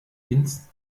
ins